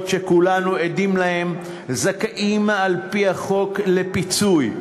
שכולנו עדים להן זכאים על-פי החוק לפיצוי,